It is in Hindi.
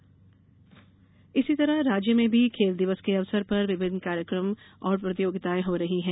प्रदेश खेल इसी तरह राज्य में भी खेल दिवस के अवसर पर विविध कार्यक्रम और प्रतियोगितायें हो रही हैं